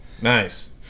Nice